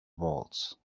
walls